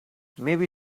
maybe